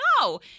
no